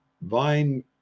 vine